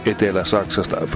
Etelä-Saksasta